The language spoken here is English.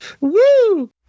Woo